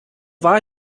war